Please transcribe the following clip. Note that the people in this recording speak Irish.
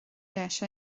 leis